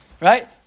right